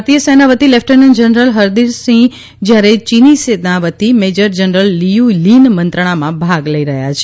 ભારતીય સેના વતી લેફ્ટન્ટન્ટ જનરલ હરિદંરસિંહ જયારે ચીની સેના વતી મેજર જનરલ લીયુ લીન મંત્રણામાં ભાગ લઇ રહ્યા છે